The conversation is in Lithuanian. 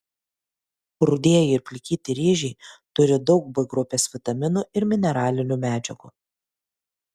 rudieji ir plikyti ryžiai turi daug b grupės vitaminų ir mineralinių medžiagų